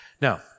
Now